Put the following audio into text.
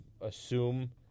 assume